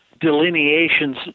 delineations